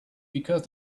because